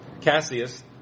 Cassius